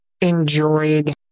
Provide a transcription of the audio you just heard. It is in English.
enjoyed